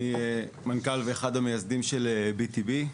אני מנכ"ל ואחד המייסדים של BTB,